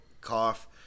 Cough